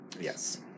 Yes